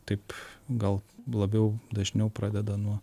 taip gal labiau dažniau pradeda nuo